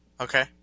Okay